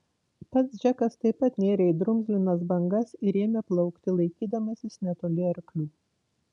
pats džekas taip pat nėrė į drumzlinas bangas ir ėmė plaukti laikydamasis netoli arklių